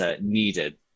needed